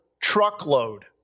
truckload